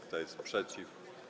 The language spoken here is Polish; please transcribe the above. Kto jest przeciw?